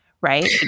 right